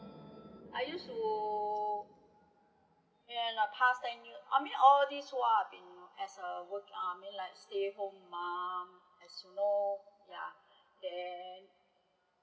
mm I used to ya in the past ten years i mean all this while I had been you know as a work I mean like stay home mum as you know ya then